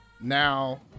Now